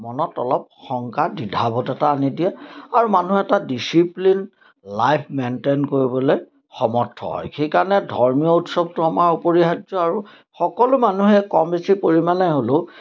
মনত অলপ শংকা দিধাৱত এটা আনি দিয়ে আৰু মানুহ এটা ডিচিপ্লিন লাইফ মেইনটেইন কৰিবলৈ সমৰ্থ হয় সেইকাৰণে ধৰ্মীয় উৎসৱটো আমাৰ অপৰিহাৰ্য আৰু সকলো মানুহে কম বেছি পৰিমাণে হ'লেও